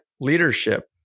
leadership